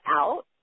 out